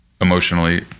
emotionally